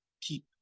keep